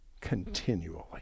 Continually